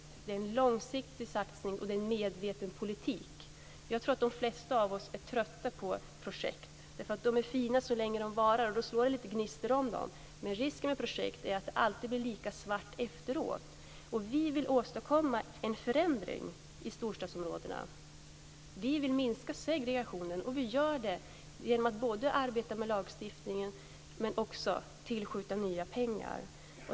Det är en långsiktig satsning, som bygger på en medveten politik. Jag tror att de flesta av oss är trötta på projekt. De är bra så länge de varar, och då slår det lite gnistor om dem, men risken med projekt är att det blir lika svart efteråt. Vi vill åstadkomma en förändring i storstadsområdena. Vi vill minska segregationen, och det gör vi både genom att arbeta med lagstiftningen och genom att tillskjuta nya pengar.